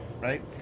right